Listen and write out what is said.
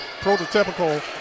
prototypical